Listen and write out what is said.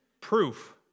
Proof